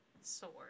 sword